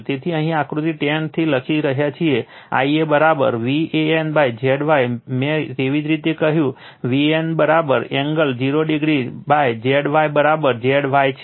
તેથી અહીં આપણે આકૃતિ 10 થી લખી રહ્યા છીએ I a Van Z Y મેં તેવી જ રીતે કહ્યું Van angle 0 oZ Y z y છે